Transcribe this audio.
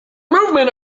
movement